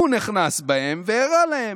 הוא נכנס בהם והראה להם.